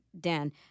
Dan